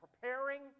preparing